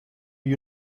you